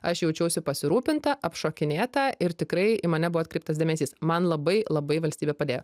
aš jaučiausi pasirūpinta apšokinėta ir tikrai į mane buvo atkreiptas dėmesys man labai labai valstybė padėjo